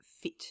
fit